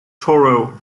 toro